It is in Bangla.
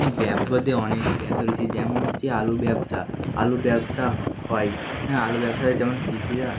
ব্যবসা বলতে অনেক ব্যবসা রয়েছে যেমন হচ্ছে আলু ব্যবসা আলু ব্যবসা হয় হ্যাঁ আলু ব্যবসায় যেমন কৃষিরা